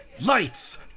Lights